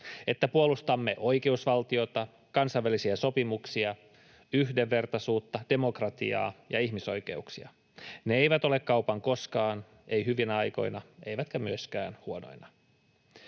että puolustamme oikeusvaltiota, kansainvälisiä sopimuksia, yhdenvertaisuutta, demokratiaa ja ihmisoikeuksia. Ne eivät ole kaupan koskaan, ei hyvinä aikoina, eivätkä myöskään huonoina.